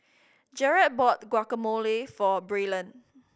Jerod bought Guacamole for Braylon